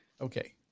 Okay